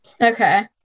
Okay